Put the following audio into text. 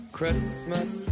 Christmas